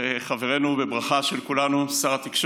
אנחנו עוברים להצעות לסדר-היום מס'